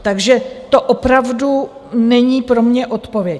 Takže to opravdu není pro mě odpověď.